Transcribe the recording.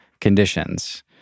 Conditions